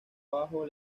abajo